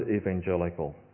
evangelical